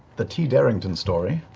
the t. darrington story.